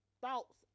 thoughts